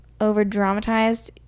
overdramatized